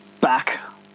back